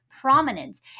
prominence